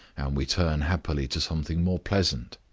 and we turn happily to something more pleasant.